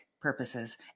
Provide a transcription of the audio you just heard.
purposes